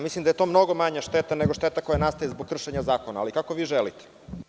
Mislim da je to mnogo manja šteta, nego šteta koja nastaje zbog kršenja zakona, ali kako vi želite.